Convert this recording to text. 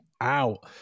out